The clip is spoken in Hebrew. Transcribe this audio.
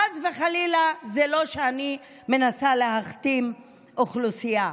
חס וחלילה, זה לא שאני מנסה להכתים אוכלוסייה,